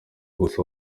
gusa